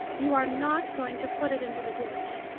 you are not going to put it into the ditch.